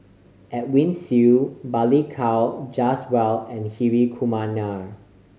Edwin Siew Balli Kaur Jaswal and Hri Kumar Nair